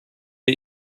die